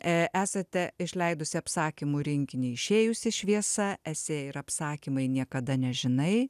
e esate išleidusi apsakymų rinkinį išėjusi šviesa esė ir apsakymai niekada nežinai